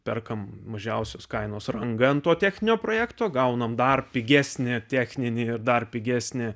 perkame mažiausios kainos rangą ant to techninio projekto gaunam dar pigesnį techninį ir dar pigesnį